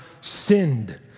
sinned